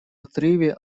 отрыве